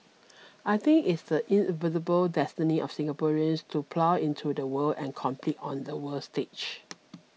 I think it's the destiny of Singaporeans to plug into the world and compete on the world stage